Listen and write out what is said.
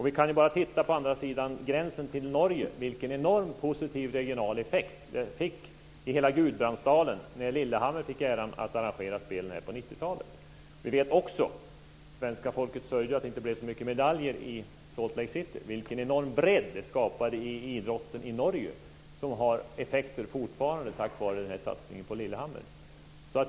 Vi kan se på andra sidan gränsen mot Norge vilken enorm positiv regional effekt det fick i hela Gudbrandsdalen när Lillehammer fick äran att arrangera spelen på 90-talet. Vi vet också att satsningen i Lillehammer - svenska folket sörjde att det inte blev så mycket medaljer i Salt Lake City - skapade en enorm bredd i idrotten i Norge som fortfarande har effekter.